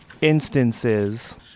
instances